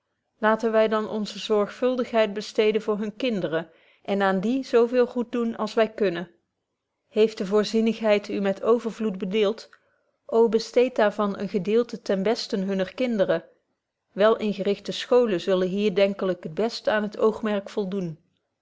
laten wy dan onze zorgvuldigheid besteden voor hunne kinderen en aan die zo veel goed doen als wy kunnen heeft de voorzienigbetje wolff proeve over de opvoeding heid u met overvloed bedeelt ô besteed daar van een gedeelte ten besten hunner kinderen welingerichte scholen zullen hier denkelyk het best aan het oogmerk